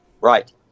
Right